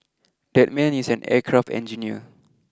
that man is an aircraft engineer